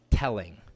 Telling